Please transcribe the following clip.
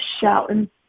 shouting